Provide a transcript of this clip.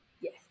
Yes